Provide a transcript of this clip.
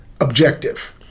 Objective